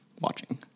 watching